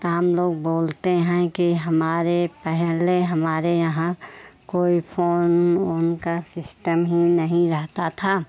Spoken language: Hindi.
तो हम लोग बोलते हैं कि हमारे पहले हमारे यहाँ कोई फोन ओन का सिस्टम ही नहीं रहता था